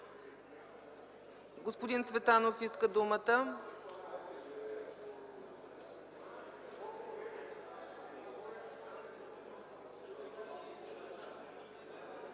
Господин Цветанов иска думата.